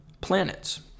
planets